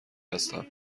هستم